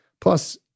Plus